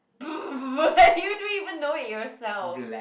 you don't even know it yourself